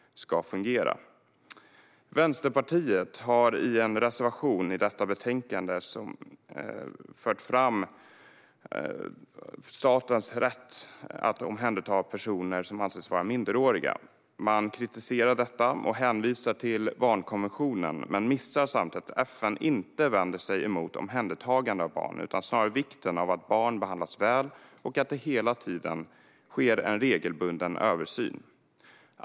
Tydligare befogenheter för polisen när beslut om avvisning eller utvisning verkställs Vänsterpartiet har en reservation i detta betänkande som främst rör statens rätt att omhänderta personer som anses vara minderåriga. Man kritiserar detta och hänvisar till barnkonventionen men missar samtidigt att FN inte vänder sig emot omhändertagande av barn utan snarare talar om vikten av att barn behandlas väl och att det hela tiden sker en regelbunden översyn.